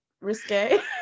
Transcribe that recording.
risque